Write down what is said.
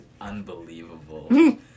unbelievable